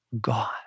God